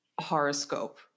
horoscope